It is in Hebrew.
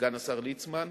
וסגן השר ליצמן,